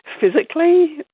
physically